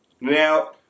Now